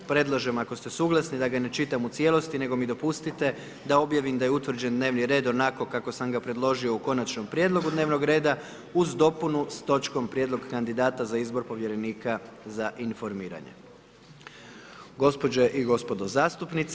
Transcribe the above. Predlažem ako ste suglasni da ga ne čitam u cijelosti, nego mi dopustite, da objavim da je utvrđen dnevni red, onako kako sam ga predložio u konačnom prijedlogu dnevnog reda, uz dopunu s točkom prijedlog kandidata, za izbor povjerenika za informiranje. [[NASTAVAK NAKON STANKE U 12,15 SATI]] Gospođe i gospodo zastupnici.